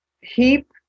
HEAP